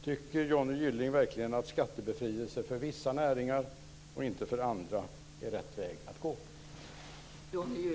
Tycker Johnny Gylling verkligen att skattebefrielse för vissa näringar och inte för andra är rätt väg att gå?